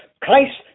Christ